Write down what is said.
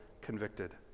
convicted